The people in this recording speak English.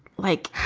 like,